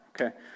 Okay